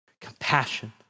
compassion